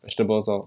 vegetables lor